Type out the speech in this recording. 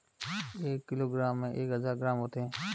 एक किलोग्राम में एक हज़ार ग्राम होते हैं